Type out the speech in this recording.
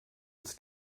its